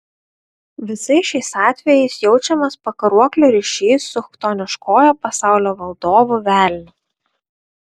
visais šiais atvejais jaučiamas pakaruoklio ryšys su chtoniškojo pasaulio valdovu velniu